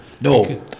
no